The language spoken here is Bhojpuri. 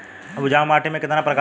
उपजाऊ माटी केतना प्रकार के होला?